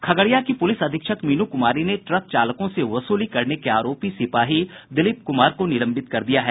खगड़िया की पुलिस अधीक्षक मीनू कुमारी ने ट्रक चालकों से वसूली करने के आरोपी सिपाही दिलीप कुमार को निलंबित कर दिया है